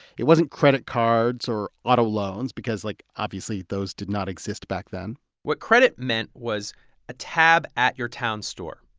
it wasn't credit cards or auto loans because, like, obviously those did not exist back then what credit meant was a tab at your town store.